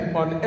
on